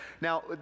Now